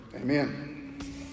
Amen